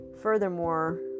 Furthermore